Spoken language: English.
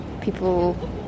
people